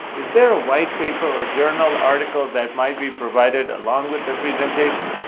is there a white paper or journal article that might be provided along with the presentation?